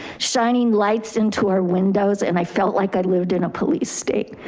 shining lights into our windows. and i felt like i lived in a police state.